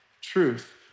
truth